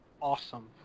awesome